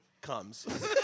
comes